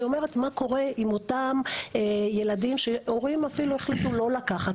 אני אומרת מה קורה עם אותם ילדים שהורים אפילו החליטו לא לקחת,